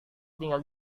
tinggal